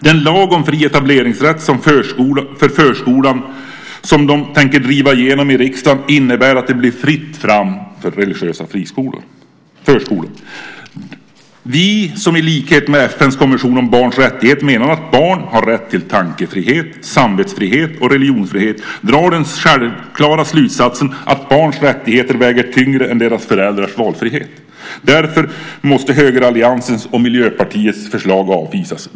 Den lag om fri etableringsrätt för förskolan som de tänker driva igenom i riksdagen innebär att det blir fritt fram för religiösa förskolor. Vi som i likhet med FN:s konvention om barns rättigheter menar att barn har rätt till tankefrihet, samvetsfrihet och religionsfrihet drar den självklara slutsatsen att barns rättigheter väger tyngre än deras föräldrars valfrihet. Därför måste högeralliansens och Miljöpartiets förslag avvisas.